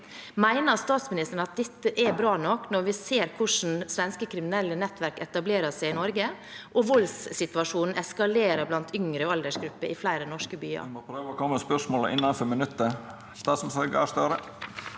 Mener statsministeren at dette er bra nok, (presidenten klubber) når vi ser hvordan svenske kriminelle nettverk etablerer seg i Norge, og at voldssituasjonen eskalerer blant yngre aldersgrupper i flere norske byer?